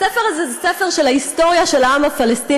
הספר הזה זה "ההיסטוריה של העם הפלסטיני".